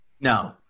No